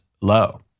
low